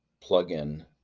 plug-in